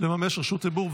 לממש רשות דיבור?